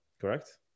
Correct